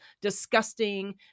disgusting